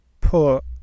put